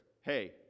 Hey